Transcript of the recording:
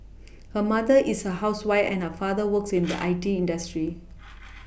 her mother is a housewife and her father works in the I T industry